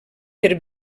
per